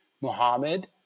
Muhammad